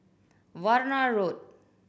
Warna Road